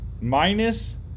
minus